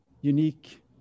unique